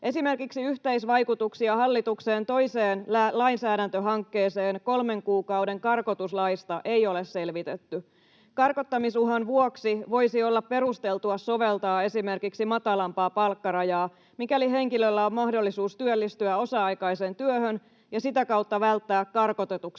Esimerkiksi yhteisvaikutuksia hallituksen toiseen lainsäädäntöhankkeeseen kolmen kuukauden karkotuslaista ei ole selvitetty. Karkottamisuhan vuoksi voisi olla perusteltua soveltaa esimerkiksi matalampaa palkkarajaa, mikäli henkilöllä on mahdollisuus työllistyä osa-aikaiseen työhön ja sitä kautta välttää karkotetuksi